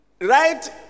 Right